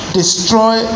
destroy